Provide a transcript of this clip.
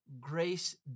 grace